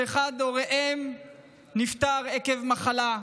שאחד ההורים שלהם נפטר עקב מחלה,